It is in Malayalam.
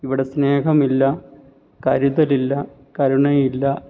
ഇവിടെ സ്നേഹമില്ല കരുതലില്ല കരുണയില്ല